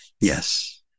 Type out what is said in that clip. Yes